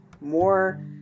more